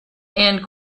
and